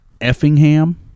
Effingham